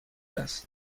است